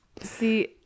see